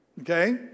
Okay